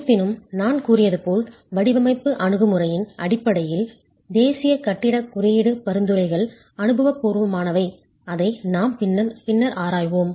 இருப்பினும் நான் கூறியது போல் வடிவமைப்பு அணுகுமுறையின் அடிப்படையில் தேசிய கட்டிடக் குறியீடு பரிந்துரைகள் அனுபவபூர்வமானவை அதை நாம் பின்னர் ஆராய்வோம்